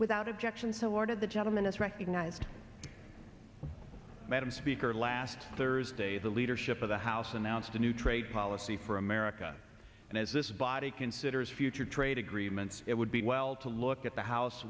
without objection so ordered the gentleman is recognized madam speaker last thursday the leadership of the house announced a new trade policy for america and as this body considers future trade agreements it would be well to look at the house